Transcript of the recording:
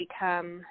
become